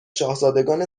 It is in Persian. شاهزادگان